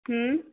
ହୁଁ